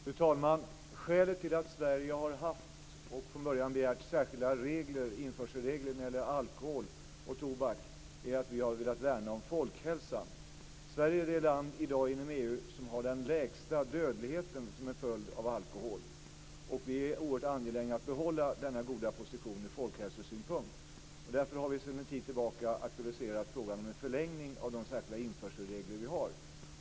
Fru talman! Skälet till att Sverige från början har begärt och haft särskilda införselregler när det gäller alkohol och tobak är att vi har velat värna om folkhälsan. Sverige är i dag det land inom EU som har den lägsta dödligheten till följd av alkohol. Vi är oerhört angelägna om att behålla denna goda position ur folkhälsosynpunkt, och därför har vi sedan en tid tillbaka aktualiserat frågan om en förlängning av de särskilda införselregler vi har.